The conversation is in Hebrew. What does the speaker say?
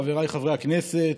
חבריי חברי הכנסת,